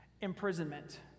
Imprisonment